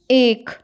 एक